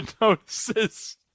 notices